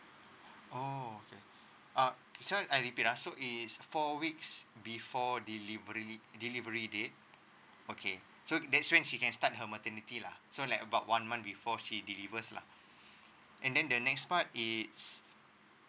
oh okay uh so I repeat uh so is four weeks before delivery delivery date okay so that's when she can start her maternity lah so like about one month before she delivers lah and then the next part is